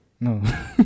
no